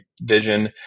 vision